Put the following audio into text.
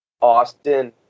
Austin